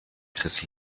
chris